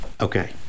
Okay